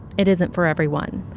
it isn't for everyone.